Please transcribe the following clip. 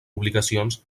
obligacions